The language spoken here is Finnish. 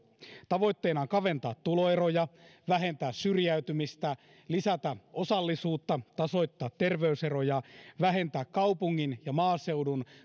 tavoitteena on kaventaa tuloeroja vähentää syrjäytymistä lisätä osallisuutta tasoittaa terveyseroja vähentää kaupungin ja maaseudun